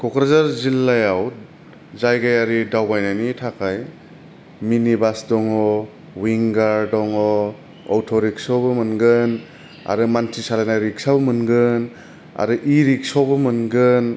क'क्राझार जिल्लाआव जायगारि दावबाय नायनि थाखाय मिनिबास दङ उइिंगार दङ अट रिक्साबो मोनगोन आरो मानसि सालायग्रा रिक्साबो मोनगोन आरो इ रिक्सबो मोनगोन